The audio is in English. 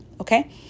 Okay